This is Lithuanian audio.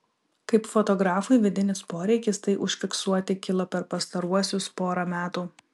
kaip fotografui vidinis poreikis tai užfiksuoti kilo per pastaruosius porą metų